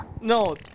No